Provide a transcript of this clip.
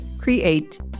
create